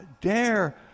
dare